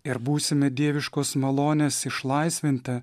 ir būsime dieviškos malonės išlaisvinti